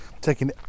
taking